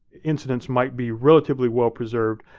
incidents might be relatively well-preserved,